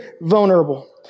vulnerable